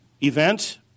event